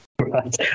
Right